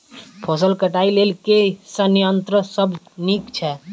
फसल कटाई लेल केँ संयंत्र सब नीक छै?